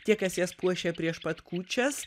tie kas jas puošė prieš pat kūčias